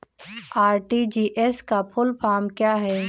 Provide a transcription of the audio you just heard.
RTGS का full form क्या है?